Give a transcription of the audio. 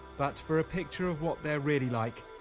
but for ah picture of what they're really like,